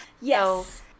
Yes